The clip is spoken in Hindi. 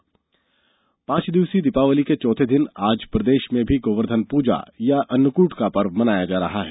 दीवाली पांच दिवसीय दीपावली के चौथे दिन आज प्रदेश में भी गोवर्धन पूजा या अन्नकूट का पर्व मनाया जा रहा है